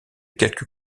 quelques